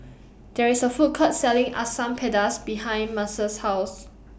There IS A Food Court Selling Asam Pedas behind Mercer's House